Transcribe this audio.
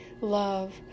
love